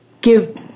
give